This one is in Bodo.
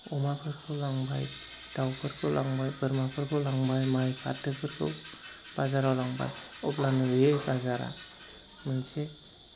अमाफोरखौ लांबाय दाउफोरखौ लांबाय बोरमाफोरखौ लांबाय माइ फाथोफोरखौ बाजाराव लांबाय अब्लानो बे बाजारा मोनसे